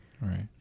Right